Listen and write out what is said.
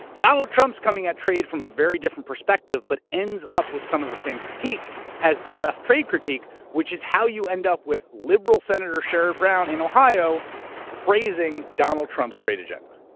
donald trump's coming at trade from a very different perspective, but ends up with some of the same critiques as the left trade critique, which is how you end up with liberal senator sherrod brown in ohio praising donald trump's trade agenda.